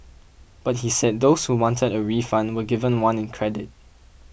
but he said those who wanted a refund were given one in credit